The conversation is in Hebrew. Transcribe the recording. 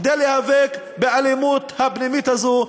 כדי להיאבק באלימות הפנימית הזו,